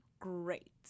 great